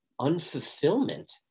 unfulfillment